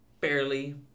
Barely